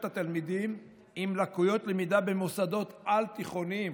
התלמידים עם לקויות למידה במוסדות על-תיכוניים,